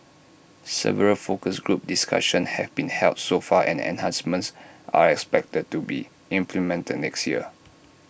several focus group discussions have been held so far and enhancements are expected to be implemented next year